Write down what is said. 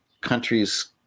countries